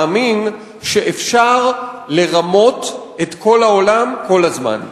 מאמין שאפשר לרמות את כל העולם כל הזמן.